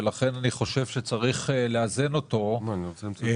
ולכן אני חושב שצריך לאזן אותו בהורדה